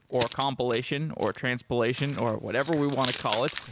or compilation, or transpilation, or whatever we want to call it,